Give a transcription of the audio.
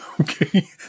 Okay